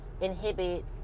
inhibit